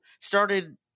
started